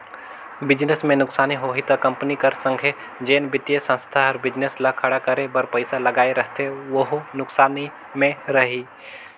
business में नुकसानी होही ता कंपनी कर संघे जेन बित्तीय संस्था हर बिजनेस ल खड़ा करे बर पइसा लगाए रहथे वहूं नुकसानी में रइही